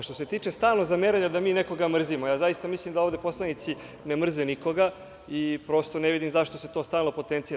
Što se tiče stalnog zameranja da mi nekoga mrzimo, zaista mislim da ovde poslanici ne mrze nikoga i ne vidim zašto se to stalno potencira.